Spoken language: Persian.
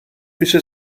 پیش